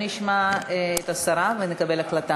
את השרה ונקבל החלטה.